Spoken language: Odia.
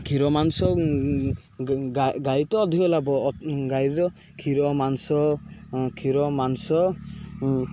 କ୍ଷୀର ମାଂସା ଗାଈ ତ ଅଧିକ ଲାଭ ଗାଈର କ୍ଷୀର ମାଂସ କ୍ଷୀର ମାଂସ